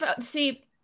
see